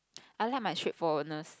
I like my straightforwardness